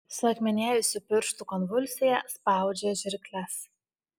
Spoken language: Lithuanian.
suakmenėjusi pirštų konvulsija spaudžia žirkles